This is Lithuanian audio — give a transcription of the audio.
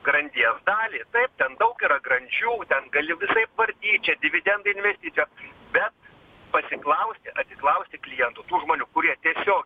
grandies dalį taip ten daug yra grandžių ten gali visaip vartyt čia dividendai investicijos bet pasiklausti atsiklausti klientų tų žmonių kurie tiesiog